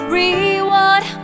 reward